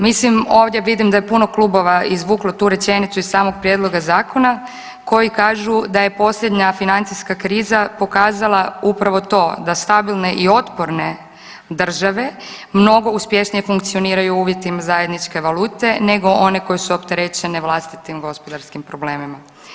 Mislim, ovdje vidim da je puno klubova izvuklo tu rečenicu iz samog prijedloga zakona koji kažu da je posljednja financijska kriza pokazala upravo to, da stabilne i otporne države mnogo uspješnije funkcioniraju u uvjetima zajedničke valute nego one koje su opterećene vlastitim gospodarskim problemima.